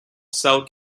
cell